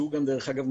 שדרך אגב,